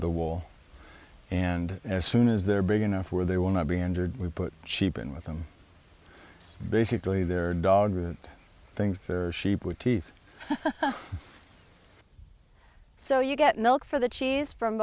the wall and as soon as they're big enough where they want to be injured we put sheep in with them basically their dog things their sheep with teeth so you get milk for the cheese from